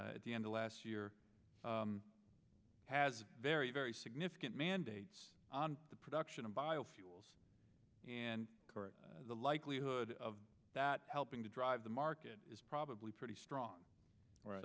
at the end of last year has very very significant mandates on the production of biofuels and the likelihood of that helping to drive the market is probably pretty strong